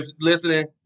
listening